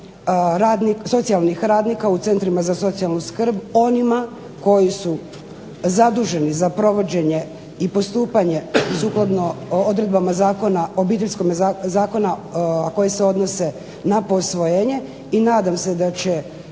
socijalnih radnika u centrima za socijalnu skrb onima koji su zaduženi za provođenje i postupanje sukladno odredbama zakona, Obiteljskog zakona a koje se odnose na posvojenje. I nadam se da će